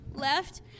left